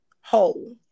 whole